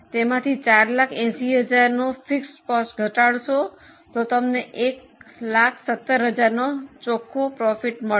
તેમાંથી 480000 ની સ્થિર ખર્ચ ઘટાડશો તો તમને 117000 નો નફો મળશે